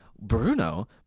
Bruno